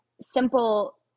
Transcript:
Simple